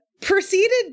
proceeded